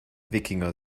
wikinger